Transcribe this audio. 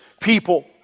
people